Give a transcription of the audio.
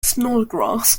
snodgrass